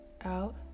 out